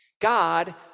God